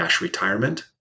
retirement